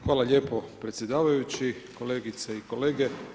Hvala lijepo predsjedavajući, kolegice i kolege.